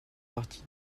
partie